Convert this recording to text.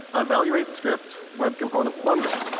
evaluate script web components bundle.